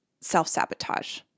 self-sabotage